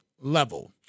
level